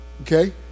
okay